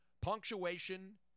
punctuation